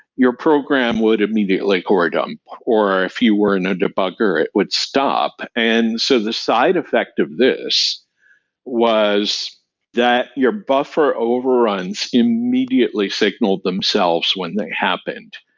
your program would immediately core dump, or if you weren't a debugger, it would stop. and so the side effect of this was that your buffer overruns immediately signaled themselves when they happened,